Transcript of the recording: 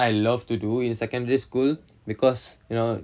I love to do in secondary school because you know